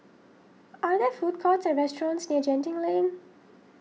are there food courts or restaurants near Genting Lane